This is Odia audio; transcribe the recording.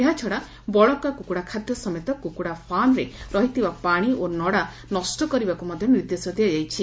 ଏହାଛଡା ବଳକା କୁକୁଡା ଖାଦ୍ୟ ସମେତ କୁକୁଡା ଫାର୍ମରେ ରହିଥିବା ପାଶି ଓ ନଡା ନଷ କରିବାକୁ ମଧ୍ଧ ନିର୍ଦେଶ ଦିଆଯାଇଛି